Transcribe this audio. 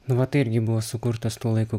nu va tai irgi buvo sukurtas tuo laiku